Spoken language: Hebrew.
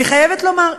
אני חייבת לומר,